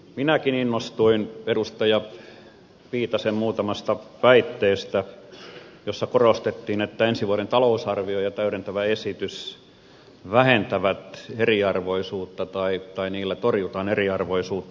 minäkin innostuin edustaja viitasen muutamasta väitteestä joissa korostettiin että ensi vuoden talousarviolla ja täydentävällä esityksellä torjutaan eriarvoisuutta